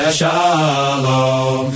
shalom